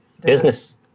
business